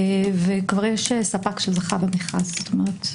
ויש ספק שזכה במכרז.